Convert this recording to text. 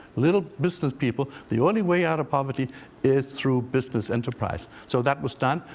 little business people. the only way out of poverty is through business enterprise. so that was done,